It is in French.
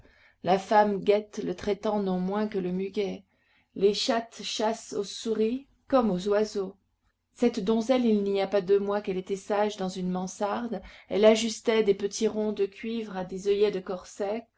la femme guette le traitant non moins que le muguet les chattes chassent aux souris comme aux oiseaux cette donzelle il n'y a pas deux mois qu'elle était sage dans une mansarde elle ajustait des petits ronds de cuivre à des oeillets de corset